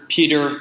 Peter